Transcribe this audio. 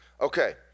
Okay